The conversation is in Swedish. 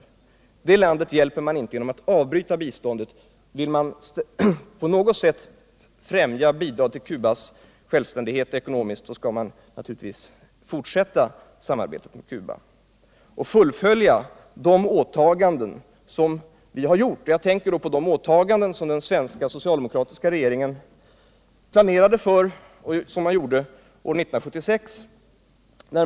Ett sådant land hjälper man inte genom att avbryta biståndet. Vill man på något sätt bidra till Cubas självständighet ekonomiskt, skall man naturligtvis fortsätta samarbetet och fullfölja de åtaganden som vi har gjort. Jag tänker då på de åtaganden som den svenska socialdemokratiska regeringen gjorde 1976.